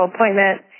appointment